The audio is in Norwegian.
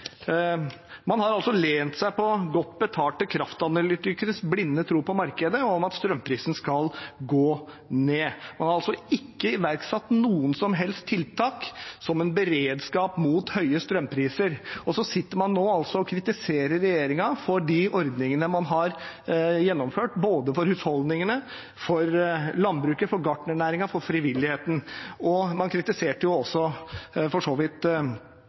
Man har altså lent seg på godt betalte kraftanalytikeres blinde tro på markedet om at strømprisen skal gå ned. Man har altså ikke iverksatt noen som helst tiltak som en beredskap mot høye strømpriser. Og så sitter man nå og kritiserer regjeringen for de ordningene man har gjennomført – både for husholdningene, for landbruket, for gartnernæringen og for frivilligheten. Og man kritiserte også for så vidt